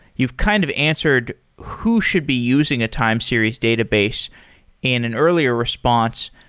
you've kind of answered who should be using a time series database in an earlier response.